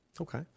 Okay